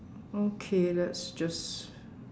okay let's just